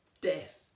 Death